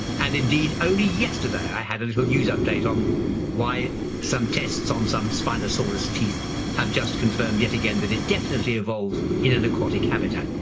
and indeed only yesterday i had a little news update on why some tests on some spinosaurus teeth have just confirmed yet again that it definitely evolves in an aquatic habitat.